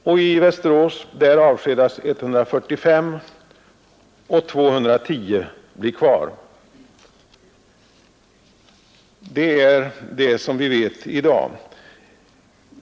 I Västerås avskedas 145 anställda och 210 blir kvar. Detta är vad vi vet i dag.